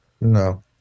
No